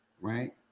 right